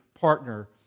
partner